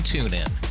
TuneIn